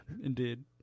Indeed